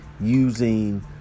using